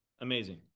Amazing